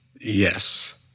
Yes